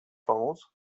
pomóc